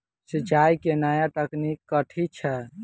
सिंचाई केँ नया तकनीक कथी छै?